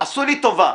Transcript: עשו לי טובה.